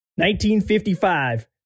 1955